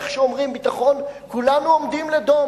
כי הרי ברגע שאומרים "ביטחון" כולנו עוברים לדום